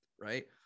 right